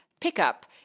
pickup